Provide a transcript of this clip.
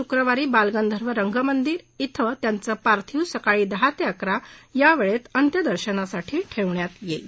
शुक्रवारी बालगंधर्व रंगमंदिरात अंत्यदर्शनासाठी सकाळी दहा ते अकरा या वेळेत अंत्यदर्शनासाठी ठेवण्यात येईल